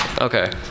Okay